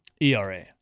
ERA